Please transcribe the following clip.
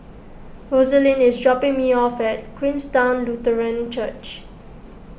Roselyn is dropping me off at Queenstown Lutheran Church